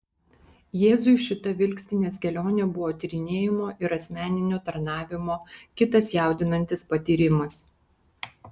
jėzui šita vilkstinės kelionė buvo tyrinėjimo ir asmeninio tarnavimo kitas jaudinantis patyrimas